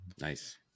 Nice